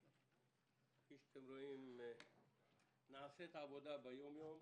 כפי שאתם רואים, נעשית עבודה ביום-יום.